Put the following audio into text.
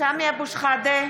סמי אבו שחאדה,